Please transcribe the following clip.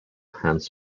hans